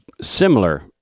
Similar